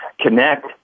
connect